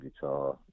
guitar